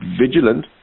vigilant